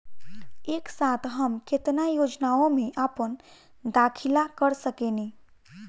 एक साथ हम केतना योजनाओ में अपना दाखिला कर सकेनी?